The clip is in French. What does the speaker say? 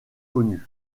connue